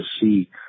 see